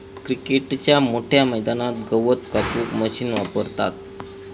क्रिकेटच्या मोठ्या मैदानात गवत कापूक मशीन वापरतत